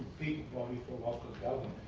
big body for local